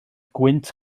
gwynt